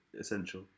essential